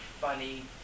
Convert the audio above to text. funny